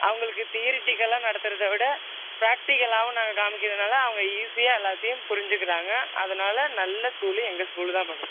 அவங்குளுக்கு தியரிட்டிக்கெல்லாம் நடத்துறதை விட ப்ராக்டிகலாகவும் நாங்கள் காமிக்கறதுனால் அவங்க ஈஸியாக எல்லாத்தையும் புரிஞ்சிக்கிறாங்க அதனால் நல்ல ஸ்கூலு எங்கள் ஸ்கூல் தான் மேடம்